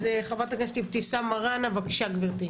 אז חה"כ אבתיסאם מראענה, בבקשה גברתי,